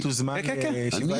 אתה תוזמן להתייעצות הסיעתית.